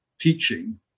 teaching